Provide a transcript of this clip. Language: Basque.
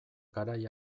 garai